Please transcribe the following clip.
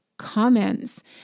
Comments